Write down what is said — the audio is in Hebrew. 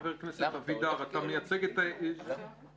חבר הכנסת אבידר, בבקשה.